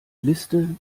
liste